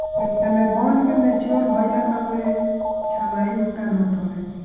एमे बांड के मेच्योर भइला तकले छमाही भुगतान होत हवे